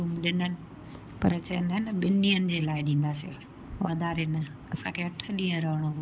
room ॾिननि पर चवनि इहा न ॿिन ॾींहनि जे लाइ ॾींदासीं वधारे न असांखे अठ ॾींंहं रहिणो हुओ